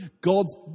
God's